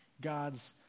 God's